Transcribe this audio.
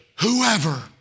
Whoever